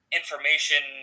information